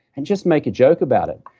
and just make a joke about it.